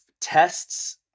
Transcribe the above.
tests